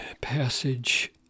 passage